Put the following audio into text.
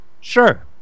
sure